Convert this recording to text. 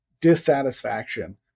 dissatisfaction